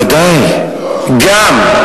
בוודאי, גם.